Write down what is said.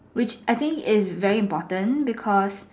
which I think it's very important because